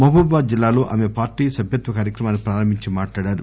మహబూబాబాద్ జిల్లాలో ఆమె పార్టీ సభ్యత్వ కార్యక్రమాన్ని ప్రారంభించి మాట్లాడారు